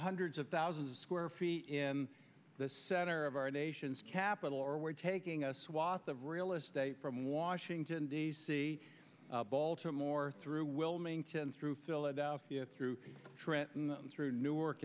hundreds of thousands of square feet in the center of our nation's capital or we're taking a swath of real estate from washington d c baltimore through wilmington through philadelphia through trenton through newark